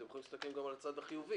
תראו את זה מהכיוון החיובי: